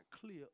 clear